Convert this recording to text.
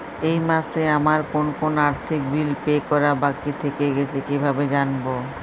এই মাসে আমার কোন কোন আর্থিক বিল পে করা বাকী থেকে গেছে কীভাবে জানব?